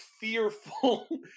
fearful